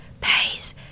pays